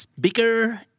bigger